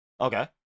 Okay